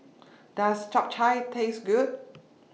Does Japchae Taste Good